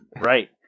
right